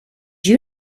you